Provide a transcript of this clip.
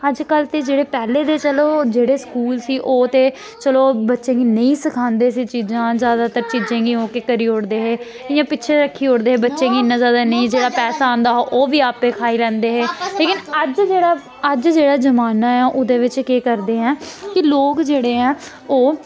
अज्जकल ते जेह्ड़े पैह्ले दे चलो जेह्ड़े स्कूल सी ओह् ते चलो बच्चें गी नेईं सखांदे ही चीजां जदातर चीजें गी ओह् केह् करी ओड़दे हे इ'यां पिच्छे रक्खी ओड़दे हे बच्चें गी इन्ना जादा नेईं जेह्ड़ा पैसा आंदा हा ओह् बी आपें खाई लैंदे हे लेकिन अज्ज जेह्ड़ा अज्ज जेह्ड़ा जमान्ना ऐ ओह्दे बिच्च केह् करदे ऐ कि लोक जेह्ड़े ऐ ओह्